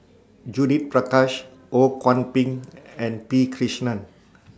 Judith Prakash Ho Kwon Ping and P Krishnan